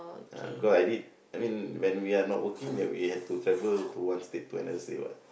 uh because I did I mean when we are not working then we had to travel to one state to another state [what]